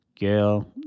girl